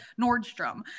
Nordstrom